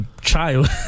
child